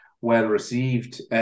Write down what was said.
well-received